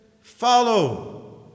follow